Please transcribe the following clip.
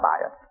bias